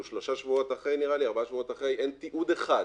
אנחנו שלושה-ארבעה שבועות אחרי, ואין תיעוד אחד,